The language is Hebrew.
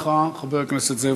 תודה רבה לך, חבר הכנסת זאב.